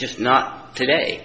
just not today